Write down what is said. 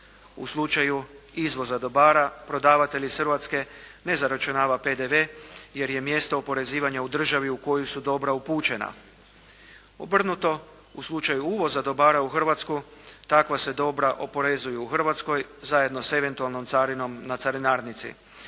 U slučaju izvoza dobara, prodavatelj iz Hrvatske ne zaračunava PDV jer je mjesto oporezivanja u državi u koju su dobra upućena. Obrnuto, u slučaju uvoza dobara u Hrvatsku, takva se dobra oporezuju u Hrvatskoj zajedno s eventualnom carinom na carinarnici.